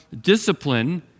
discipline